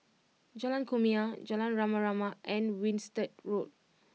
Jalan Kumia Jalan Rama Rama and Winstedt Road